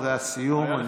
זה הסיום.